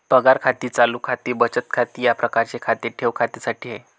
पगार खाते चालू खाते बचत खाते या प्रकारचे खाते ठेव खात्यासाठी आहे